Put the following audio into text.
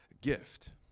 gift